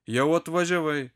jau atvažiavai